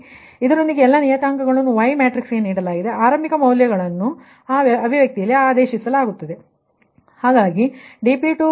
ಆದ್ದರಿಂದ ಇದರೊಂದಿಗೆ ಎಲ್ಲಾ ನಿಯತಾಂಕಗಳನ್ನು Y ಮ್ಯಾಟ್ರಿಕ್ಸ್ಗೆ ನೀಡಲಾಗಿದೆ ಆರಂಭಿಕ ಮೌಲ್ಯಗಳನ್ನು ಆ ಅಭಿವ್ಯಕ್ತಿಯಲ್ಲಿ ಸಬ್ಸ್ ಟ್ಯೂಟ್ ಮಾಡಬಹುದು